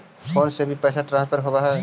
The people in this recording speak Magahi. फोन से भी पैसा ट्रांसफर होवहै?